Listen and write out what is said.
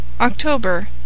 October